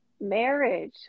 Marriage